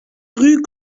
rue